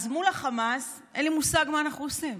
אז מול החמאס אין לי מושג מה אנחנו עושים.